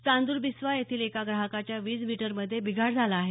चांदरबिस्वा येथील एका ग्राहकाच्या वीज मीटरमध्ये बिघाड झाला आहे